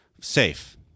safe